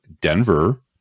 Denver